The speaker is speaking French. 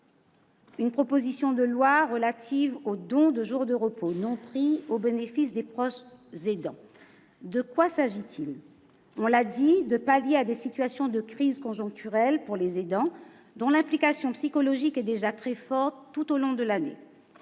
cette proposition de loi relative au don de jours de repos non pris au bénéfice des proches aidants, il s'agit de faire face à des situations de crise conjoncturelles pour les aidants, dont l'implication psychologique est déjà très forte tout au long de l'année.